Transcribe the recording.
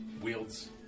wields